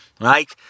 right